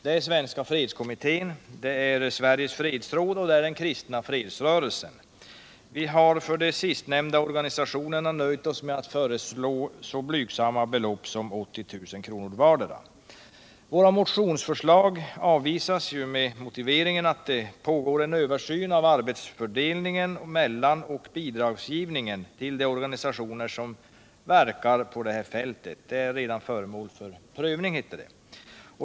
Det är Svenska fredskommittén, Sveriges fredsråd och den Kristna fredsrörelsen. Vi har för de sistnämnda organisationerna nöjt oss med att föreslå så blygsamma belopp som 80 000 kr. vardera. Våra motionsförslag avvisas med motiveringen att det pågår en översyn av arbetsfördelningen mellan och bidragsgivningen till de organisationer som verkar på det utrikespolitiska informationsområdet. Detta är redan föremål för prövning, heter det.